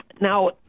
Now